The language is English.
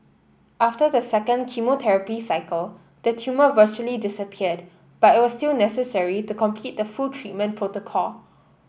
after the second chemotherapy cycle the tumour virtually disappeared but it was still necessary to complete the full treatment protocol